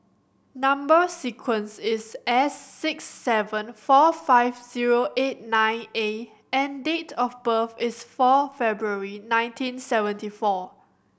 number sequence is S six seven four five zero eight nine A and date of birth is four February nineteen seventy four